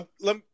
Let